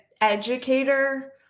educator